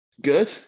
good